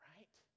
Right